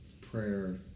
prayer